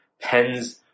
pens